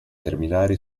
terminare